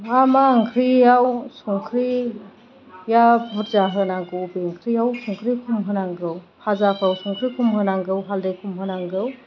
मा मा ओंख्रियाव संख्रिया बुरजा होनांगौ बबे ओंख्रियाव संख्रि खम होनांगौ भाजाखौ संख्रि खम होनांगौ हाल्दै खम होनांगौ